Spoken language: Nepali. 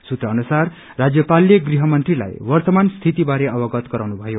सूत्र अनुसार राज्यपालले गृहमंत्रीलाई वर्त्तमान स्थिति बारे अवगत गराउनु भयो